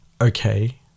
Okay